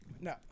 No